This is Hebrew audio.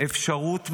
אפשרות ממשית,